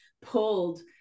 pulled